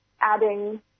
adding